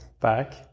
back